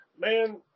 man